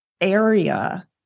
area